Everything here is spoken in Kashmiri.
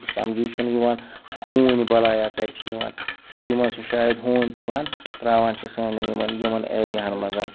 سَمجے چھِنہٕ یِوان ہوٗنۍ بَلایا کَتہِ چھِ یِوان سِٹی منٛز چھِ شاید ہوٗنۍ تُلان ترٛاوان چھِ سانٮ۪ن یِمَن یِمَن ایریاہَن منٛز